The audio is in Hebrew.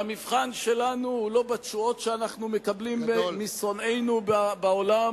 והמבחן שלנו הוא לא בתשואות שאנחנו מקבלים משונאינו בעולם